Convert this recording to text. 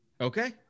okay